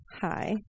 Hi